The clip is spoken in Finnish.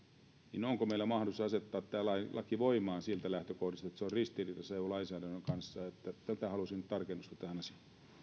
onko meillä mahdollisuus asettaa tämä laki voimaan siitä lähtökohdasta että se on ristiriidassa eu lainsäädännön kanssa että tähän asiaan halusin tarkennusta